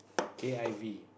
k_i_v